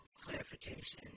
clarification